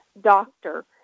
doctor